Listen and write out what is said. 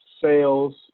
sales